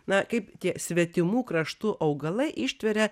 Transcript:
na kaip tie svetimų kraštų augalai ištveria